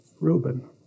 Reuben